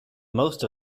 most